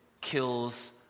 kills